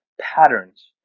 patterns